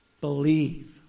believe